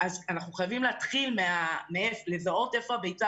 אז אנחנו חייבים להתחיל לזהות היכן הביצה